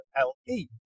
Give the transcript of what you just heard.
L-E